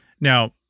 Now-